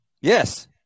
Yes